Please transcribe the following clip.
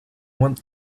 want